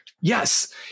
yes